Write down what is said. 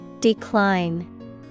Decline